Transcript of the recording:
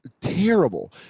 terrible